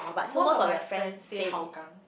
most of my friends stay Hougang